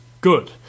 good